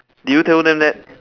did you tell them that